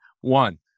One